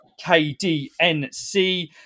KDNC